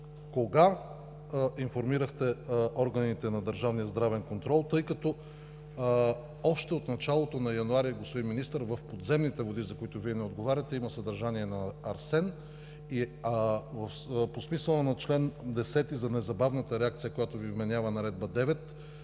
кога информирахте органите на Държавния здравен контрол? Тъй като още от началото на януари, господин Министър, в подземните води, за които Вие не отговаряте, има съдържание на арсен и по смисъла на чл. 10 за незабавната реакция, която Ви вменява Наредба №